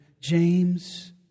James